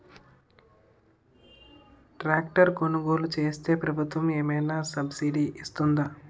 Tractor కొనుగోలు చేస్తే ప్రభుత్వం ఏమైనా సబ్సిడీ ఇస్తుందా?